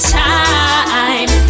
time